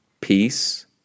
peace